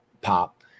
pop